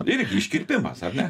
irgi iškirpimas ar ne